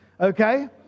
okay